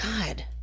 God